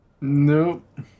Nope